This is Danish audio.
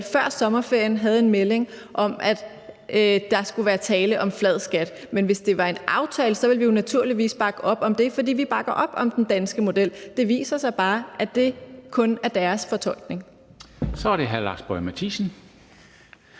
før sommerferien havde en melding om, at der skulle være tale om flad skat, men hvis det var en aftale, ville vi naturligvis bakke op om det, fordi vi bakker op om den danske model. Det viser sig bare, at det kun er deres fortolkning.